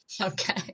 Okay